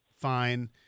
fine